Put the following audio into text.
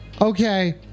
Okay